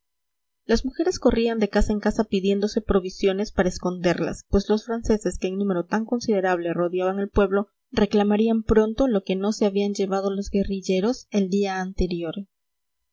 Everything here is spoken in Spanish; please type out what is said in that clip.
las mujeres corrían de casa en casa pidiéndose provisiones para esconderlas pues los franceses que en número tan considerable rodeaban el pueblo reclamarían pronto lo que no se habían llevado los guerrilleros el día anterior